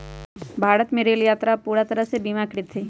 भारत में रेल यात्रा अब पूरा तरह से बीमाकृत हई